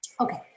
Okay